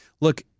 look